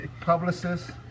publicists